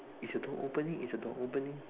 is the door opening is the door opening